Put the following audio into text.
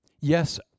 Yes